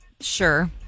Sure